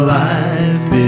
life